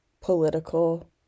political